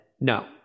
no